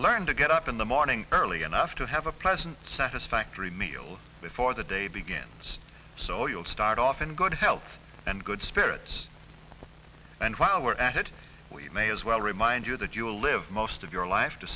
learn to get up in the morning early enough to have a pleasant satisfactory meal before the day begins so you'll start off in good health and good spirits and while we're at it we may as well remind you that you will live most of your life to